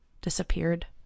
Disappeared